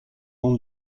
ans